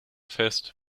fest